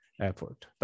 effort